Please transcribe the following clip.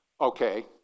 Okay